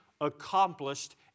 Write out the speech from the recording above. accomplished